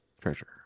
treasure